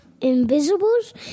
Invisibles